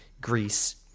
Greece